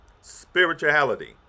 spirituality